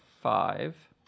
five